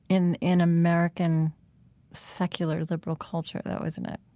in in american secular liberal culture, though, isn't it?